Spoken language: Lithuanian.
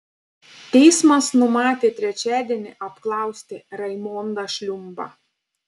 teismas numatė trečiadienį apklausti raimondą šliumbą